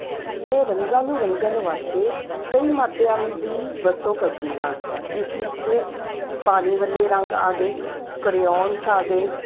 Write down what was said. ਮੈਂ ਰੰਗਾਂ ਨੂੰ ਰੰਗਣ ਵਾਸਤੇ ਕਈ ਮਾਧਿਅਮ ਦੀ ਵਰਤੋਂ ਕਰਦੀ ਹਾਂ ਜਿਸ ਵਿੱਚ ਪਾਣੀ ਵਾਲੇ ਰੰਗ ਆ ਗਏ ਕਰੇਔਨਸ ਆ ਗਏ